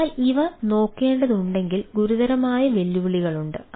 അതിനാൽ ഇവ നോക്കേണ്ടതുണ്ടെങ്കിൽ ഗുരുതരമായ വെല്ലുവിളികളുണ്ട്